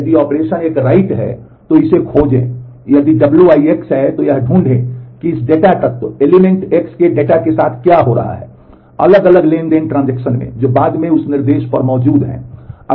यदि ऑपरेशन एक write है तो इसे खोजें यदि Wi x के डेटा के साथ क्या हो रहा है अलग अलग ट्रांज़ैक्शन में जो बाद में उस निर्देश पर मौजूद हैं